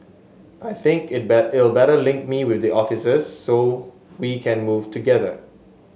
I think it it'll better link me with the officers so we can move together